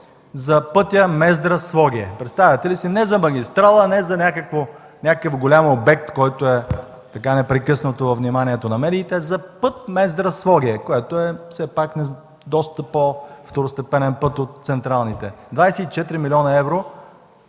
за пътя Мездра – Своге. Представяте ли си? Не за магистрала, не за някакъв голям обект, който е непрекъснато на вниманието на медиите, а за път Мездра – Своге, което е все пак доста по-второстепенен път от централните. Злоупотреби